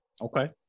Okay